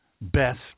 best